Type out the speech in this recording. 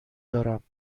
دارم